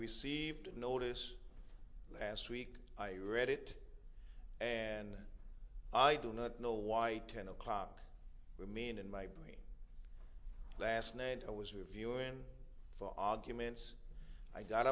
received notice last week i read it and i do not know why ten o'clock we mean in my brain last night i was reviewing for arguments i got